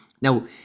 Now